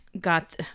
got